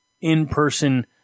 in-person